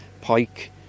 pike